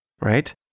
right